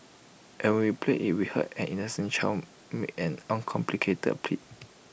and when we played IT we heard an innocent child make an uncomplicated plea